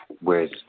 Whereas